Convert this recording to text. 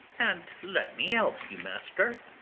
and let me help you, master.